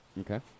Okay